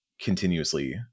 continuously